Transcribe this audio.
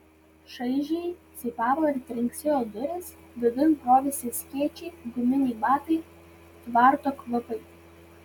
šaižiai cypavo ir trinksėjo durys vidun brovėsi skėčiai guminiai batai tvarto kvapai